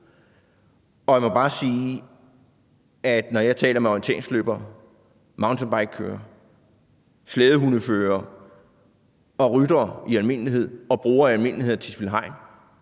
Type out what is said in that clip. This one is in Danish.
Og jeg må bare sige, at når jeg taler med orienteringsløbere, mountainbikekørere, slædehundeførere og ryttere og brugere af Tisvilde Hegn i almindelighed, så oplever